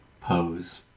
pose